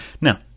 Now